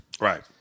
Right